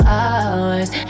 hours